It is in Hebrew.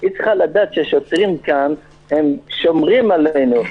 היא צריכה לדעת ששוטרים כאן שומרים עלינו,